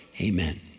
Amen